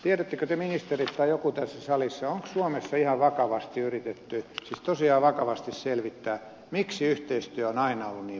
tiedättekö te ministerit tai joku tässä salissa onko suomessa ihan vakavasti yritetty siis tosiaan vakavasti selvittää miksi yhteistyö on aina ollut niin vaikeata